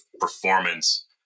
performance